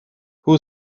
who